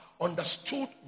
understood